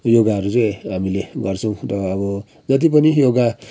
योगाहरू चाहिँ हामीले गर्छौँ र अब जति पनि योगा